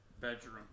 bedroom